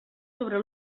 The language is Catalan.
sobre